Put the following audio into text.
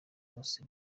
hose